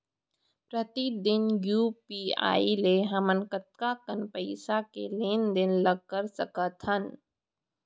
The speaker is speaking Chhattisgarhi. प्रतिदन यू.पी.आई ले हमन कतका कन पइसा के लेन देन ल कर सकथन?